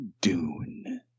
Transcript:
Dune